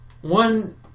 One